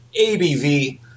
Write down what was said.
ABV